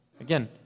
Again